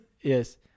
Yes